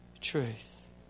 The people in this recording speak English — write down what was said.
truth